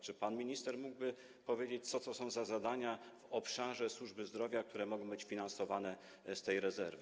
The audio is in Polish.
Czy pan minister mógłby powiedzieć, co to są za zadania w obszarze służby zdrowia, które mogą być finansowane z tej rezerwy?